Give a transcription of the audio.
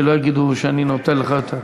שלא יגידו שאני נותן לך יותר.